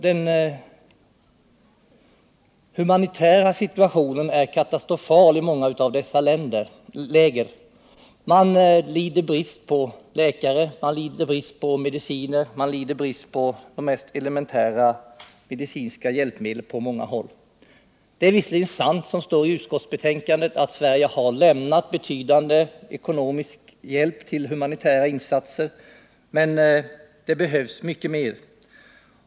Den humanitära situationen är katastrofal i många av lägren. Man lider brist på läkare, man lider brist på mediciner, man lider brist på de mest elementära hjälpmedel på många håll. Det är visserligen sant, som det står i utskottsbetänkandet, att Sverige har lämnat betydande ekonomisk hjälp till humanitära insatser, men det behövs mycket mer.